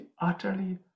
utterly